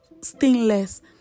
stainless